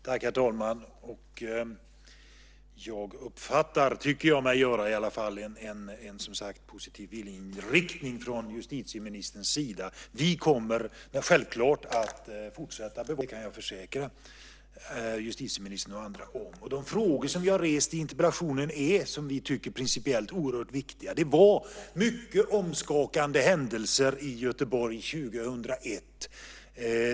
Herr talman! Jag tycker mig uppfatta en positiv viljeinriktning från justitieministern. Vi kommer självklart att fortsätta att bevaka de här frågorna. Det kan jag försäkra justitieministern och andra. De frågor som vi har rest i interpellationen är, som vi tycker, principiellt oerhört viktiga. Det var mycket omskakande händelser i Göteborg 2001.